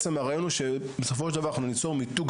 הרעיון הוא שבסופו של דבר ניצור מיתוג